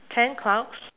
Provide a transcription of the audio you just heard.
ten clouds